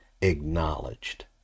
acknowledged